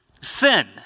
sin